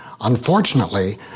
Unfortunately